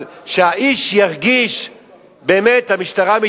שהיא תיענה היום,